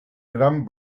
gran